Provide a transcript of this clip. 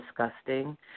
disgusting